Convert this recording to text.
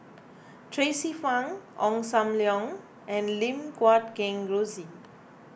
Tracie Pang Ong Sam Leong and Lim Guat Kheng Rosie